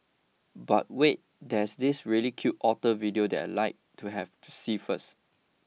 but wait there's this really cute otter video that like to have to see first